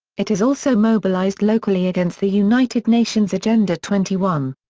it has also mobilized locally against the united nations agenda twenty one.